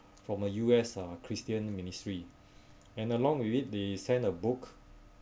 from a U_S uh christian ministry and along with it they send a book